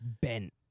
Bent